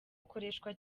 ukoreshwa